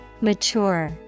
Mature